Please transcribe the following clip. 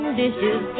dishes